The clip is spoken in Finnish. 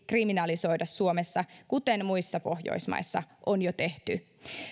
kriminalisoida suomessa kuten muissa pohjoismaissa on jo tehty